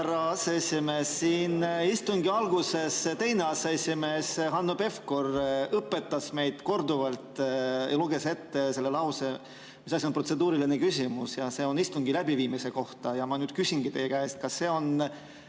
härra aseesimees! Siin istungi alguses teine aseesimees Hanno Pevkur õpetas meid korduvalt ja luges ette selle lause, mis asi on protseduuriline küsimus – et see on istungi läbiviimise kohta. Ma nüüd küsingi teie käest: kas see on